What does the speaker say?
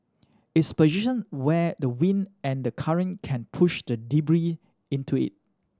it's position where the wind and the current can push the debris into it